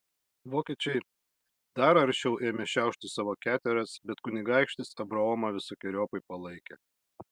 vokiečiai dar aršiau ėmė šiaušti savo keteras bet kunigaikštis abraomą visokeriopai palaikė